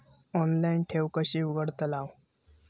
Online ठेव कशी उघडतलाव?